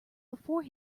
before